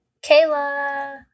Kayla